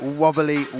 wobbly